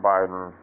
Biden